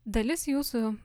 dalis jūsų